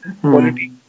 Quality